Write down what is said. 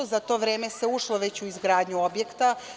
Za to vreme se ušlo već u izgradnju objekta.